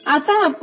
dsQ0 Er